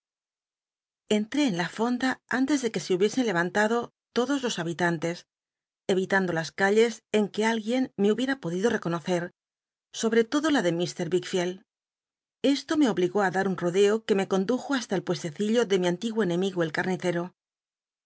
entré en la fonda antes que se hubiesen le antado todos los habit mtes e itando las calle en que alguien me hubiera podido econocci sobre lodo la de mr widdleld esto me obligó á dar un rodeo que me condujo hasta el puestecillo de mi antiguo enemigo el